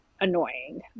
annoying